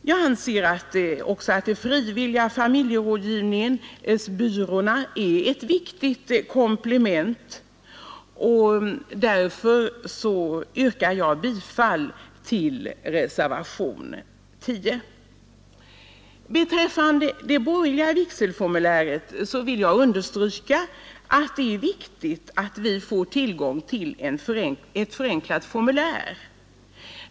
Jag anser också att de frivilliga familjerådgivningsbyråerna nu är ett viktigt komplement och därför yrkar jag bifall till reservationen 10. Beträffande det borgerliga vigselformuläret vill jag understryka att det är viktigt att vi får tillgång till ett förenklat formulär.